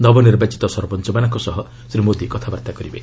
ନବନିର୍ବାଚିତ ସରପଞ୍ଚମାନଙ୍କ ସହ ଶ୍ରୀ ମୋଦି କଥାବାର୍ତ୍ତା କରିବେ